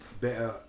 better